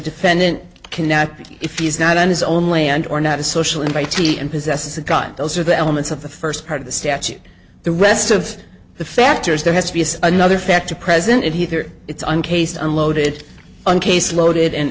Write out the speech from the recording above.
defendant can now if he's not on his own land or not a social invitee and possesses a god those are the elements of the first part of the statute the rest of the factors there has to be another fact to present it here it's on case unloaded on case loaded and